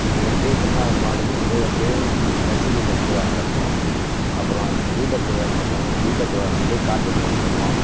இங்கே வந்து திருவண்ணாமலை மாவட்டத்தில் இருந்து வந்து லட்ச தீப திருவிழா நடக்கும் அப்புறம் தீப திருவிழா நடக்கும் தீப திருவிழா வந்து கார்த்திகை மாதம் நடக்கும்